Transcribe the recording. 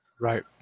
Right